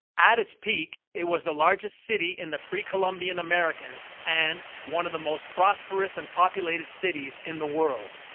at its peak, it was the largest city in the pre-columbian americas and one of the most prosperous and populated cities in the world.